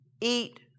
eat